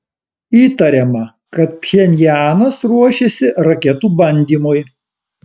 įtariama kad pchenjanas ruošiasi raketų bandymui